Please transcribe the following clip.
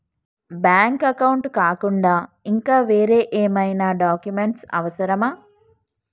Bank account కాకుండా ఇంకా వేరే ఏమైనా డాక్యుమెంట్స్ అవసరమా?